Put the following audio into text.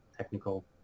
technical